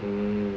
mm